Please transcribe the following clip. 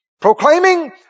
Proclaiming